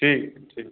ठीक ठीक